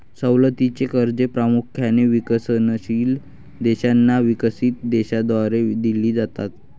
सवलतीची कर्जे प्रामुख्याने विकसनशील देशांना विकसित देशांद्वारे दिली जातात